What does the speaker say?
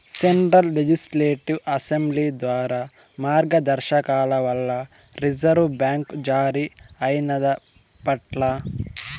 central legislative assembly ద్వారా మార్గదర్శకాల వల్ల రిజర్వు బ్యాంక్ జారీ అయినాదప్పట్ల